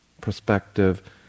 perspective